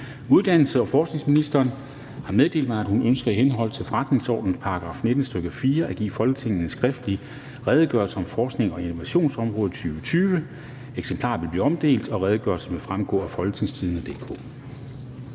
Uddannelses- og forskningsministeren (Ane Halsboe-Jørgensen) har meddelt mig, at hun ønsker i henhold til forretningsordenens § 19, stk. 4, at give Folketinget en skriftlig Redegørelse om forsknings- og innovationsområdet 2020. (Redegørelse nr. R 10). Eksemplarer vil blive omdelt, og redegørelsen vil fremgå af www.folketingstidende.dk.